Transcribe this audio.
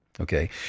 Okay